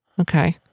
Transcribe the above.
Okay